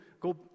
go